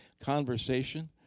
conversation